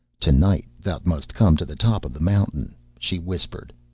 to-night thou must come to the top of the mountain she whispered.